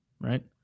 right